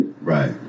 Right